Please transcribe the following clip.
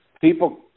people